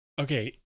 Okay